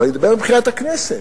אבל אני מדבר מבחינת הכנסת.